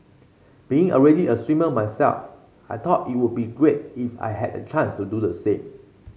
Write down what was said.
being already a swimmer myself I thought it would be great if I had the chance to do the same